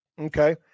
Okay